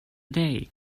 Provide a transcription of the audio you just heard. day